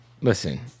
listen